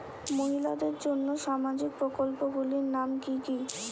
মহিলাদের জন্য সামাজিক প্রকল্প গুলির নাম কি কি?